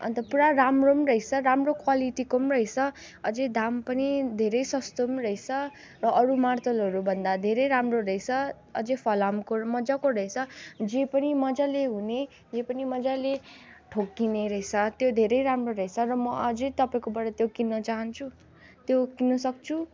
अन्त पुरा राम्रो पनि रहेछ राम्रो क्वालिटीको पनि रहेछ अझै दाम पनि धेरै सस्तो पनि रहेछ र अरू मार्तोलहरू भन्दा धेरै राम्रो रहेछ अझै फलामको मजाको रहेछ जे पनि मजाले हुने जे पनि मजाले ठोक्किने रहेछ त्यो धेरै राम्रो रहेछ र म अझै तपाईँकोबाट त्यो किन्न चाहन्छु त्यो किन्न सक्छु